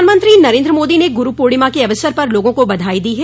प्रधानमंत्री नरेन्द्र मोदी ने गुरू पूर्णिमा के अवसर पर लोगों को बधाई दी है